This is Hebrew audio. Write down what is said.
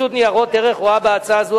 רשות ניירות ערך רואה בהצעה זו,